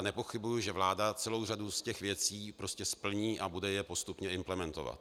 Nepochybuji, že vláda celou řadu z těch věcí splní a bude je postupně implementovat.